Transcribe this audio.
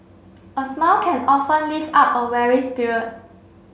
a smile can often lift up a weary spirit